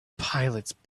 pilots